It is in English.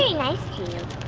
ah nice to you.